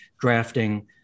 drafting